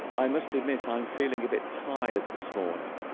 i must admit i'm feeling a bit tired this morning